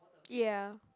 ya